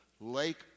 lake